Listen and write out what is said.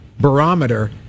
barometer